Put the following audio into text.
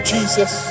Jesus